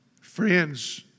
Friends